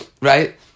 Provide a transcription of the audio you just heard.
Right